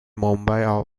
mumbai